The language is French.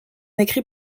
écrit